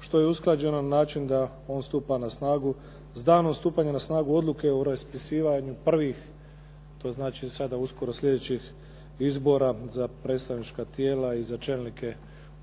što je usklađeno na način da on stupa na snagu s danom stupanja na snagu odluke o raspisivanju prvih, to znači sada uskoro sljedećih izbora za predstavnička tijela i za čelnike